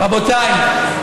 רבותיי,